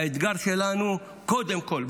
האתגר שלנו קודם כול,